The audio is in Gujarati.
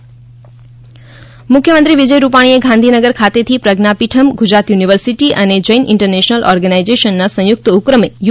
મુખ્યમંત્રી મુખ્યમંત્રી વિજય રૂપાણીએ ગાંધીનગર ખાતેથી પ્રજ્ઞાપીઠમ ગુજરાત યુનિવર્સિટી અને જૈન ઇન્ટરનેશલ ઓર્ગેનાઇઝેશનના સંયુક્ત ઉપક્રમે યુ